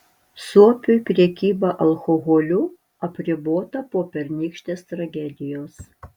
suopiui prekyba alkoholiu apribota po pernykštės tragedijos